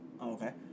Okay